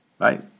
Right